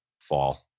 fall